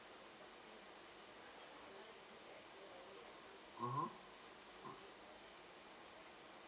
mmhmm